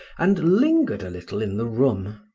and lingered a little in the room.